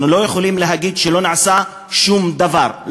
אנחנו לא יכולים להגיד שלא נעשה שום דבר,